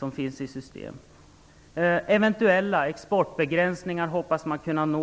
Man hoppas kunna nå exportbegränsningar och en överenskommelse